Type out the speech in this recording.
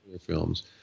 films